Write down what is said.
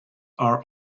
are